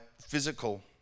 physical